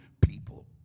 people